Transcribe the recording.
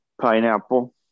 Pineapple